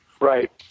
Right